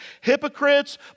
hypocrites